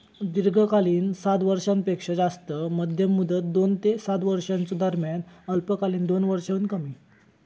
दीर्घकालीन सात वर्षांपेक्षो जास्त, मध्यम मुदत दोन ते सात वर्षांच्यो दरम्यान, अल्पकालीन दोन वर्षांहुन कमी